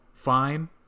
fine